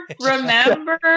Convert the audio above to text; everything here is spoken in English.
remember